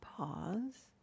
Pause